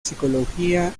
psicología